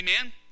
Amen